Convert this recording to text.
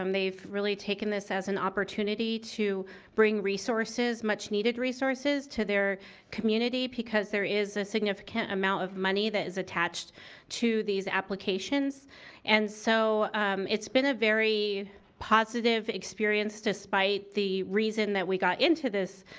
um they've really taken this is as an opportunity to bring resources, much needed resources to their community because there is a significant amount of money that is attached to these applications and so it's been a very positive experience despite the reason that we got into this